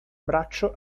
braccio